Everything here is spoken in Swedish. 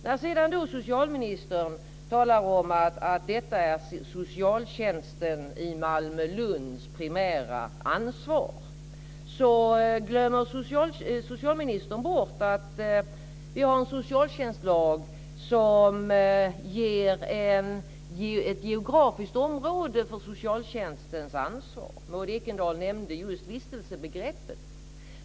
När socialministern säger att detta är ett primärt ansvar för socialtjänsten i Malmö-Lund glömmer socialministern bort att vi har en socialtjänstlag som ger ett geografiskt område för socialtjänstens ansvar. Maud Ekendahl nämnde just vistelsebegreppet.